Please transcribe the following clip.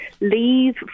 leave